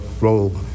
role